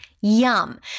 Yum